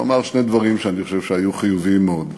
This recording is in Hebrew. שני דברים שאני חושב שהיו חיוביים מאוד.